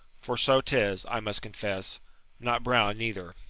for so tis, i must confess not brown neither